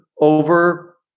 over